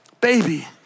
baby